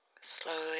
slowly